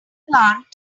plant